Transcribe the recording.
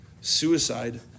Suicide